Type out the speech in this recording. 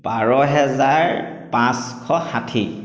বাৰ হাজাৰ পাঁচশ ষাঠি